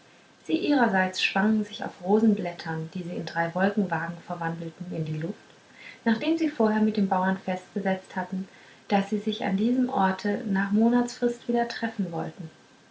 sie ihrerseits schwangen sich auf rosenblättern die sie in drei wolkenwagen verwandelten in die luft nachdem sie vorher mit dem bauer festgesetzt hatten daß sie sich an diesem orte nach monatsfrist wieder treffen wollten